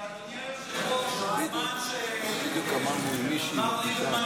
אדוני היושב-ראש, בזמן שמר ליברמן,